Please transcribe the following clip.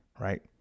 right